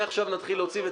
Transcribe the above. מעכשיו נתחיל להוציא.